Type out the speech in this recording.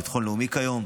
ביטחון לאומי כיום,